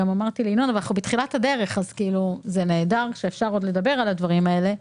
אנחנו בתחילת הדרך ונהדר שאפשר עוד לדבר על דברים האלה.